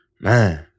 Man